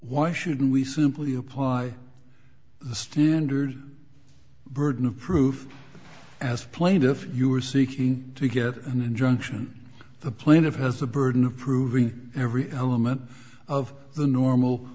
why shouldn't we simply apply the standard burden of proof as plaintiff you are seeking to give an injunction the plaintiff has the burden of proving every moment of the normal